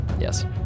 Yes